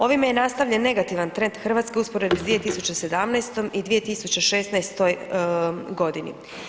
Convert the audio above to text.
Ovime je nastavljen negativan trend Hrvatske u usporedbi s 2017. i 2016. godini.